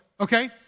Okay